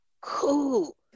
Cool